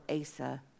Asa